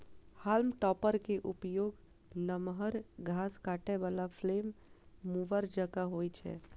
हाल्म topper के उपयोग नमहर घास काटै बला फ्लेम मूवर जकां होइ छै